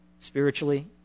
spiritually